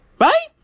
Right